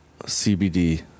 CBD